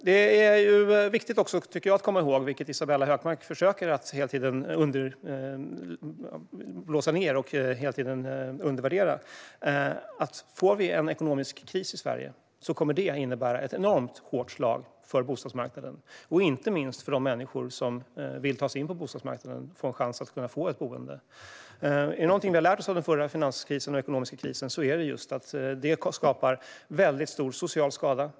Det är också viktigt att komma ihåg det som Isabella Hökmark hela tiden försöker tona ned och undervärdera: Får vi en ekonomisk kris i Sverige kommer det att innebära ett enormt hårt slag för bostadsmarknaden och inte minst för de människor som vill ta sig in på bostadsmarknaden och få en chans att få ett boende. Är det någonting vi har lärt oss av den förra finanskrisen och ekonomiska krisen är det att det gör stor social skada.